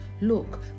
look